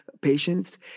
patients